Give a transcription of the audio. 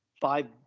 five